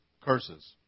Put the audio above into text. curses